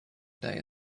day